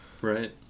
right